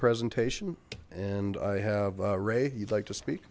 presentation and i have ray you'd like to speak